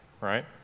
right